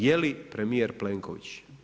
Je li premjer Plenković.